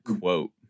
quote